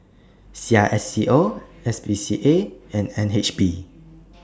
C I S C O S P C A and N H B